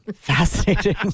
Fascinating